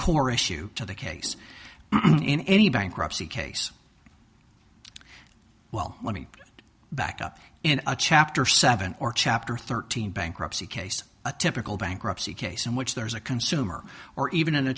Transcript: core issue to the case in any bankruptcy case well let me back up in a chapter seven or chapter thirteen bankruptcy case a typical bankruptcy case in which there is a consumer or even